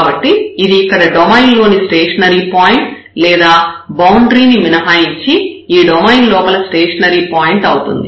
కాబట్టి ఇది ఇక్కడ డొమైన్ లోని స్టేషనరీ పాయింట్ లేదా బౌండరీ ని మినహాయించి ఈ డొమైన్ లోపల స్టేషనరీ పాయింట్ అవుతుంది